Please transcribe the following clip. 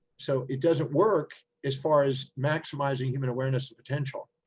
so it doesn't work as far as maximizing human awareness potential.